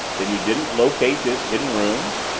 then you didn't locate this hidden room?